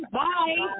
bye